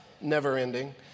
never-ending